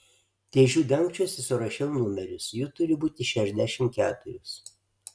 dėžių dangčiuose surašiau numerius jų turi būti šešiasdešimt keturios